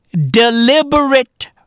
Deliberate